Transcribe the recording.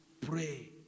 pray